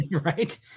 right